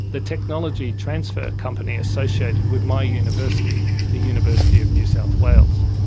the technology transfer company associated with my university, the university of new south wales.